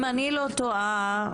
אם אני לא טועה על